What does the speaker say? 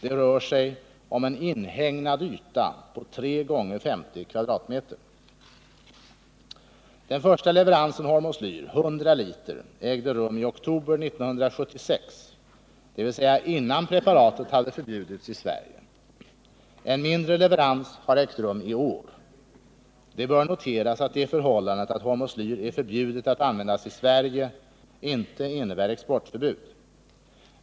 Det rör sig om en inhägnad yta på 3 gånger 50 kvadratmeter. Den första leveransen hormoslyr ägde rum i oktober 1976, dvs. innan preparatet hade förbjudits i Sverige. En mindre leverans har ägt rum i år. Det bör noteras att det förhållandet att hormoslyr är förbjudet att användas i Sverige inte innebär exportförbud.